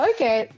Okay